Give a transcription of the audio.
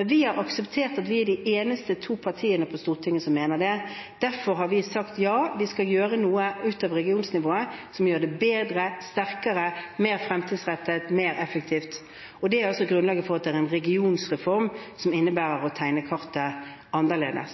Vi har akseptert at vi er de eneste to partiene på Stortinget som mener det, og derfor har vi sagt at ja, vi skal gjøre noe utover regionsnivået som gjør det bedre, sterkere, mer fremtidsrettet, mer effektivt. Det er grunnlaget for en regionreform som innebærer å tegne kartet annerledes.